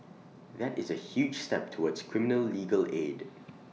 that is A huge step towards criminal legal aid